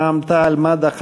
רע"ם-תע"ל-מד"ע,